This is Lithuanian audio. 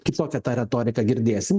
kitokią tą retoriką girdėsim